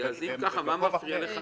אם ככה, מה זה מפריע לך?